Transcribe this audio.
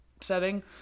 setting